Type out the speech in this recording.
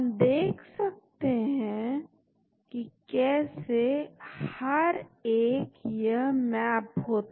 यदि आप इस उदाहरण को लेते हैं C 6 है B 8 है A 13 है ठीक और इस प्रकार C को विभाजित किया A B - C से